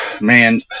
man